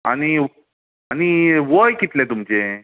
आनी आनी वय कितलें तुमचें